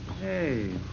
Hey